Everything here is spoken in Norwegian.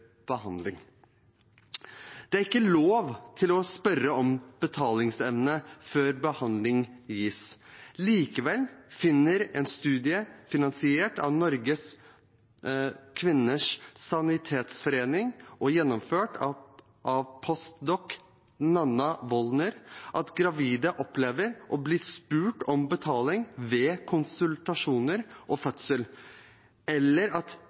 behandling Det er ikke lov til å spørre om betalingsevne før behandling gis. Likevel finner en studie, finansiert av Norske Kvinners Sanitetsforening og gjennomført av post doc. Nanna Voldner, at gravide opplever å bli spurt om betaling ved konsultasjoner og fødsel, eller at